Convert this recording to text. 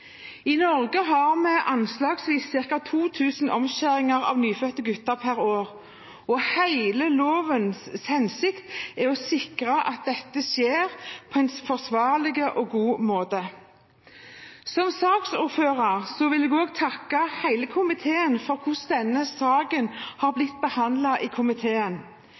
I Norge har vi anslagsvis ca. 2 000 omskjæringer av nyfødte gutter per år, og hele lovens hensikt er å sikre at dette skjer på en forsvarlig og god måte. Som saksordfører vil jeg også takke hele komiteen for måten denne saken har blitt behandlet på i komiteen.